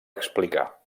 explicar